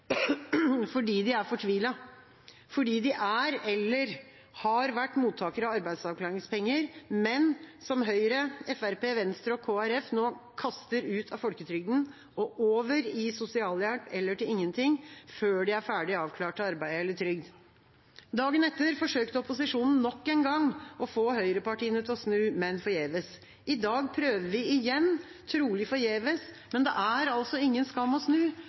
fordi de er fortvilet, fordi de er eller har vært mottakere av arbeidsavklaringspenger, men Høyre, Fremskrittspartiet, Venstre og Kristelig Folkeparti kaster dem nå ut av folketrygden og over i sosialhjelp eller til ingenting, før de er ferdig avklart til arbeid eller trygd. Dagen etter forsøkte opposisjonen nok en gang å få høyrepartiene til å snu, men forgjeves. I dag prøver vi igjen – trolig forgjeves, men det er altså ingen skam